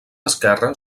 esquerre